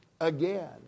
again